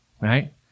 right